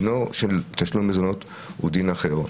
דינו של תשלום המזונות הוא דין אחר.